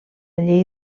llei